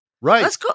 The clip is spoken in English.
Right